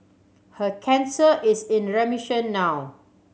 her cancer is in remission now